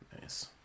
Nice